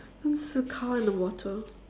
then there's a car in the water